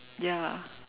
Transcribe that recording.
ya